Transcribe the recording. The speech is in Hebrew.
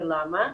ולמה?